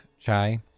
Chai